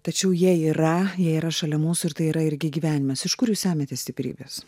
tačiau jie yra jie yra šalia mūsų ir tai yra irgi gyvenimas iš kur jūs semiatės stiprybės